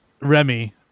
Remy